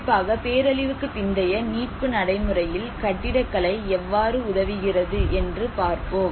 குறிப்பாக பேரழிவுக்கு பிந்தைய மீட்பு நடைமுறையில் கட்டிடக்கலை எவ்வாறு உதவுகிறது என்று பார்ப்போம்